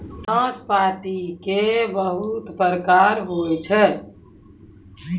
नाशपाती के बहुत प्रकार होय छै